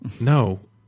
No